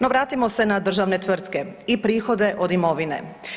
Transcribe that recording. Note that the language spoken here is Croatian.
No vratimo se na državne tvrtke i prihode od imovine.